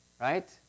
right